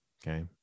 Okay